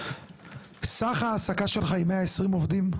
סך ההעסקה שלך הוא 120 עובדים?